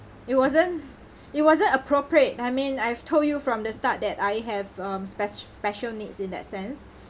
it wasn't it wasn't appropriate I mean I've told you from the start that I have um spec~ special needs in that sense